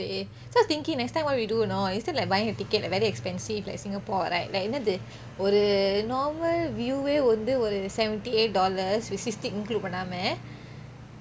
that's why I was thinking next time what we do you know instead like buying a ticket like very expensive like singapore right like என்னது ஒரு:ennathu oru normal view ஏ வந்து ஒரு:ye vanthu oru seventy eight dollars with sistic include பண்ணாமே:pannamae